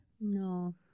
No